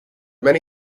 many